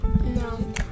No